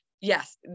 yes